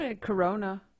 Corona